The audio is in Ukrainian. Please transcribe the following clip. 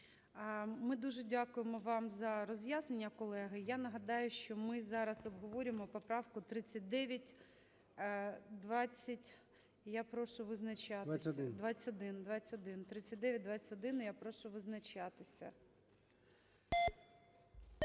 Ми дуже дякуємо вам за роз'яснення. Колеги, я нагадаю, що ми зараз обговорюємо поправку 3920. Я прошу визначатися.